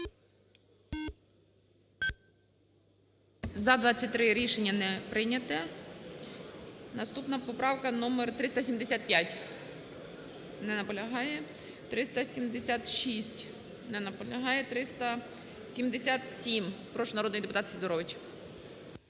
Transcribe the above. За-23 Рішення не прийнято. Наступна поправка - номер 375. Не наполягає. 376. Не наполягає. 377. Прошу, народний депутат Сидорович.